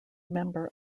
member